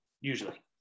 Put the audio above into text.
usually